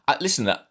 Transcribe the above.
listen